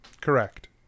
Correct